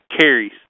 carries